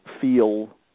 feel